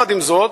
עם זאת,